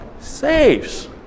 Saves